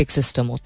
system